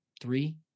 Three